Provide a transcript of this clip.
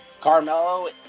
Carmelo